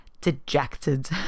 dejected